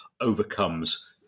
overcomes